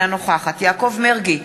אינה נוכחת יעקב מרגי,